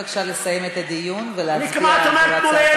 מה אתה רוצה?